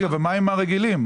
ומה עם הרגילים?